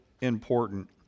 important